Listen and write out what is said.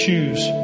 choose